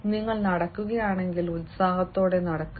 നിങ്ങൾ നടക്കുകയാണെങ്കിൽ ഉത്സാഹത്തോടെ നടക്കുക